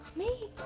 me?